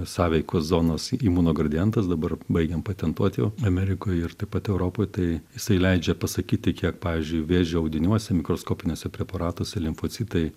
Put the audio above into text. sąveikos zonos imunogradientas dabar baigiam patentuot jau amerikoj ir taip pat europoj tai jisai leidžia pasakyti kiek pavyzdžiui vėžio audiniuose mikroskopiniuose preparatuose limfocitai